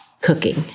cooking